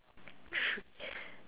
thr~